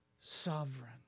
sovereign